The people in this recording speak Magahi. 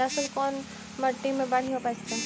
लहसुन कोन मट्टी मे बढ़िया उपजतै?